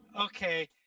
okay